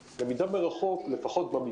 שירותים, שירות שלא ניתן לא גבינו חד משמעית.